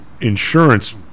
insurance